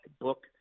book